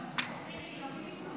שני נמנעים.